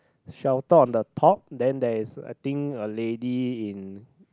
shelter on the top then there is I think a lady in